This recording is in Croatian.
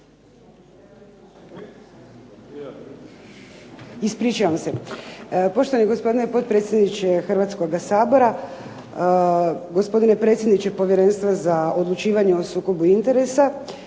Ispričavam se. Poštovani gospodine potpredsjedniče Hrvatskoga sabora, gospodine potpredsjedniče Povjerenstva za odlučivanju o sukobu interesa,